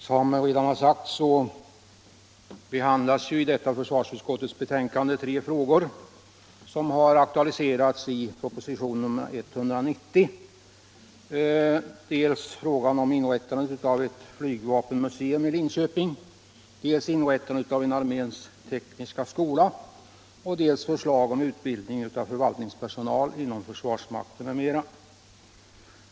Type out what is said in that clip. Herr talman! Som redan sagts behandlar detta försvarsutskottsbetänkande tre frågor som har aktualiserats i propositionen 1975/76:190. Det gäller dels frågan om inrättande av ett flygvapenmuseum i Linköping, dels inrättande av en arméns tekniska skola, dels förslag om utbildning av förvaltningspersonal inom försvarsmakten m.m.